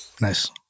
nice